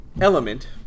element